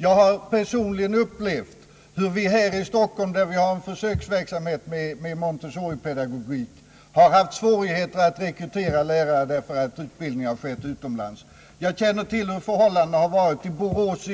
Jag har personligen upplevt hur vi i Stockholm, där vi har en försöksverksamhet med Montessoripedagogik, har haft svårigheter att rekrytera lärare därför att utbildningen har skett utomlands. Jag känner till hur förhållandena har varit i Borås,